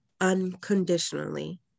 unconditionally